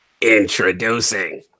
Introducing